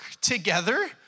together